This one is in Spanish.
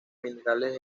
minerales